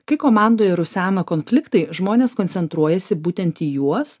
kai komandoje rusena konfliktai žmonės koncentruojasi būtent į juos